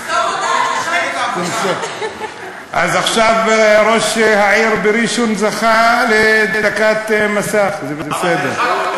אז עכשיו ראש העיר בראשון זכה לדקת מסך, זה בסדר.